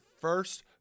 first